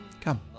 come